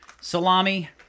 salami